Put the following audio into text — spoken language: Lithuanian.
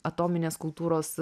atominės kultūros